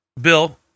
Bill